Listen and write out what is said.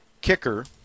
kicker